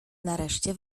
nareszcie